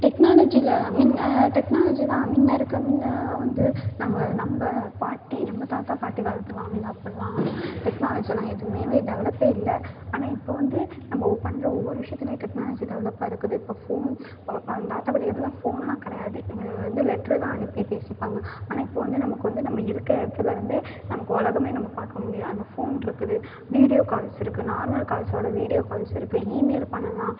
டெக்னாலஜியில் I mean technology தான் முன்ன இருக்க முன்னலாம் வந்து நம்ம நம்ம பாட்டி நம்ம தாத்தா பாட்டி காலத்திலாம் வந்து அப்புடில்லாம் டெக்னாலஜிலாம் எதுவுமே டெவலப்பே இல்லை ஆனால் இப்போ வந்து நம்ம ஓ பண்ணுற ஒவ்வொரு விஷயத்துலேயும் டெக்னாலஜி டெவலப்பாக இருக்குது இப்போ ஃபோன் தாத்தா பாட்டி காலத்திலலாம் ஃபோன்லாம் கிடையாது வி வந்து லெட்ரு தான் அனுப்பி பேசிப்பாங்க ஆனால் இப்போது வந்து நமக்கு வந்து நம்ம இருக்க இடத்துலருந்தே நமக்கு உலகமே நம்ம பார்க்க முடியும் அந்த ஃபோன்ருக்குது வீடியோ கால்ஸ் இருக்குது நார்மல் கால்ஸோடய வீடியோ கால்ஸ் இருக்குது ஈமெயில் பண்ணலாம்